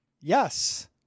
Yes